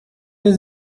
wir